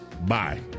Bye